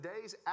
days